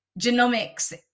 genomics